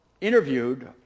interviewed